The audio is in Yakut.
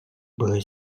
быһа